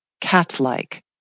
Cat-like